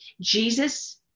Jesus